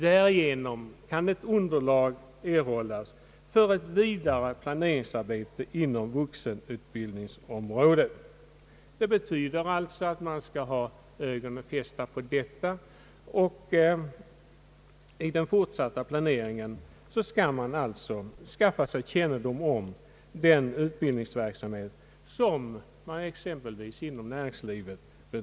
Därigenom kan ett underlag erhållas för ett vidare planeringsarbete inom <:vuxenutbildningsområdet. Det betyder alltså att man skall ha ögonen fästa på detta och i den fortsatta planeringen skaffa sig kännedom om den utbildningsverksamhet som =<:bedrives exempelvis inom näringslivet.